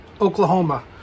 Oklahoma